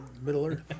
Middle-earth